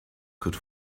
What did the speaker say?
could